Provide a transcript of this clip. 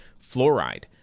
fluoride